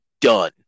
Done